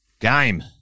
game